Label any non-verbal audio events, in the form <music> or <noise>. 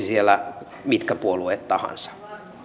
<unintelligible> siellä mitkä puolueet tahansa